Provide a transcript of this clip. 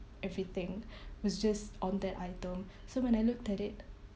everything was just on that item so when I looked at it